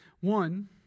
One